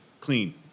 clean